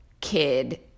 kid